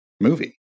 movie